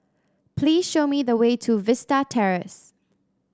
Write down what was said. please show me the way to Vista Terrace